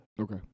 Okay